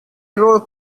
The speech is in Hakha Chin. rawl